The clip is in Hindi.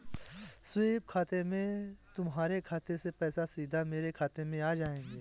स्वीप खाते से तुम्हारे खाते से पैसे सीधा मेरे खाते में आ जाएंगे